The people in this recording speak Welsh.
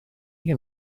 gen